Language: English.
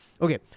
Okay